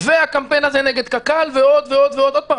והקמפיין הזה נגד קק"ל ועוד ועוד שוב,